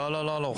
לא, לא.